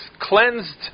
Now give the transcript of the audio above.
cleansed